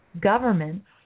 governments